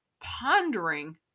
pondering